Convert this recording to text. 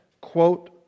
quote